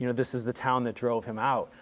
you know this is the town that drove him out.